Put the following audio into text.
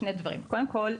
שני דברים: קודם כול,